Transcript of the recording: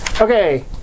Okay